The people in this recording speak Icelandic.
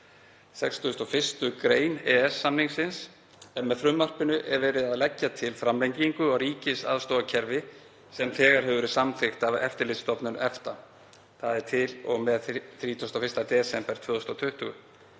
61. gr. EES-samningsins en með frumvarpinu er verið að leggja til framlengingu á ríkisaðstoðarkerfi sem þegar hefur verið samþykkt af Eftirlitsstofnun EFTA, þ.e. til og með 31. desember 2020,